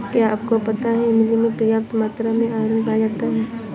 क्या आपको पता है इमली में पर्याप्त मात्रा में आयरन पाया जाता है?